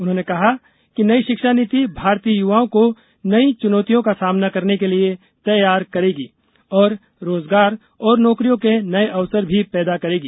उन्होंने कहा है कि नई शिक्षा नीति भारतीय युवाओं को नई चुनौतियों का सामना करने के लिए तैयार करेगी और रोजगार और नौकरियों के नए अवसर भी पैदा करेगी